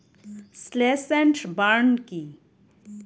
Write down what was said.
Slash and burn কি?